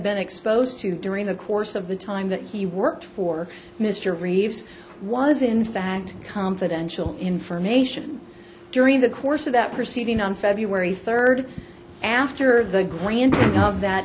been exposed to during the course of the time that he worked for mr reeves was in fact confidential information during the course of that proceeding on february third after the grant of that